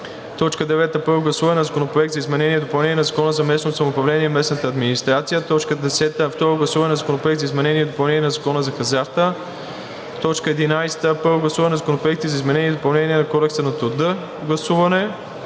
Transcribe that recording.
9. Първо гласуване на Законопроекта за изменение и допълнение на Закона за местното самоуправление и местната администрация. 10. Второ гласуване на Законопроекта за изменение и допълнение на Закона за хазарта. 11. Първо гласуване на законопроекти за изменение и допълнение на Кодекса на труда